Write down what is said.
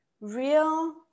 real